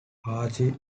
archie